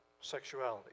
sexuality